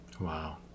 Wow